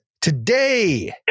today